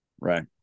Right